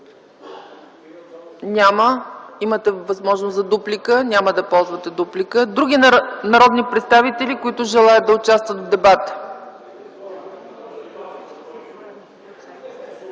Няма. Имате възможност за дуплика. – Няма да ползвате дуплика. Други народни представители, които желаят да участват в дебата?